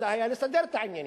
תפקידה היה לסדר את העניינים.